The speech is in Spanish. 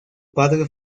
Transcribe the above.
padre